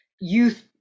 youth